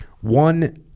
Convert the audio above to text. One